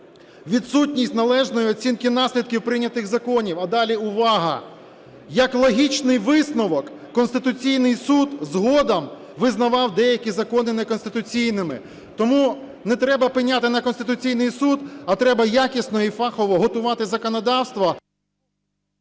відсутність належної оцінки наслідків прийнятих законів". А далі - увага! - як логічний висновок, Конституційний Суд згодом визнавав деякі закони неконституційними. Тому не треба пеняти на Конституційний Суд, а треба якісно і фахово готувати законодавство.